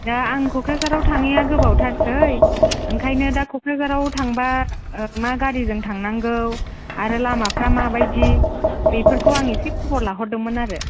दा आं क'क्राझाराव थांङैआ गोबावथारसै ओंखायनो दा क'क्राझाराव थांबा मा गारिजों थांनांगौ आरो लामाफ्रा मा बायदि बेफोरखौ आं एसे खबर लाहरदोंमोन आरो